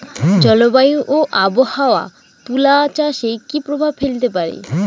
জলবায়ু ও আবহাওয়া তুলা চাষে কি প্রভাব ফেলতে পারে?